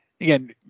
again